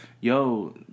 yo